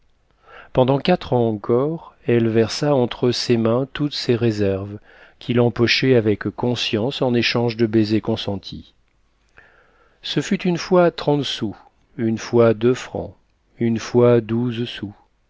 pendant quatre ans encore elle versa entre ses mains toutes ses réserves qu'il empochait avec conscience en échange de baisers consentis ce fut une fois trente sous une fois deux francs une fois douze sous